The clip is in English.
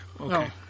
Okay